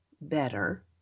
better